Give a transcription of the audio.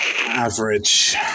average